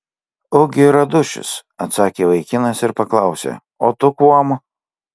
ugi radušis atsakė vaikinas ir paklausė o tu kuom